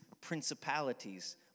principalities